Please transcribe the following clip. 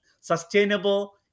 sustainable